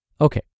Okay